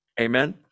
Amen